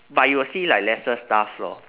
but you will see like lesser staff lor